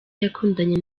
yakundanye